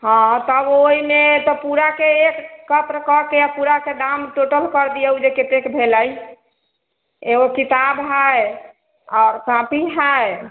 हँ तऽ ओहिमे तऽ पूराके एकत्र कऽके पूराके दाम टोटल कर दिऔ जे कतेक भेलै एगो किताब हइ आओर कॉपी हइ